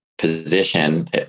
Position